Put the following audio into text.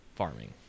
Farming